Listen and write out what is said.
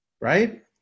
right